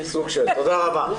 תודה רבה.